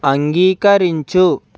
అంగీకరించు